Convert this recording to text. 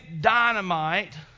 dynamite